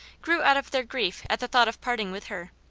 grew out of their grief at the thought of parting with her.